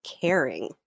Caring